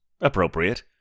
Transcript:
appropriate